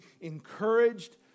encouraged